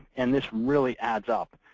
and this really adds up.